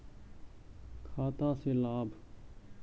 खाता से लाभ?